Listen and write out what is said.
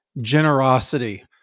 generosity